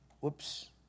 whoops